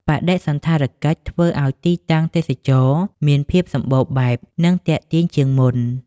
បដិសណ្ឋារកិច្ចធ្វើឲ្យទីតាំងទេសចរណ៍មានភាពសម្បូរបែប និងទាក់ទាញជាងមុន។